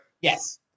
Yes